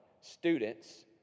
students